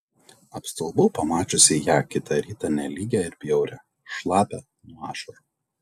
apstulbau pamačiusi ją kitą rytą nelygią ir bjaurią šlapią nuo ašarų